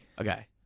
Okay